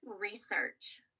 research